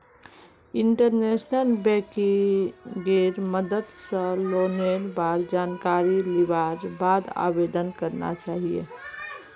internet बैंकिंगेर मदद स लोनेर बार जानकारी लिबार बाद आवेदन करना चाहिए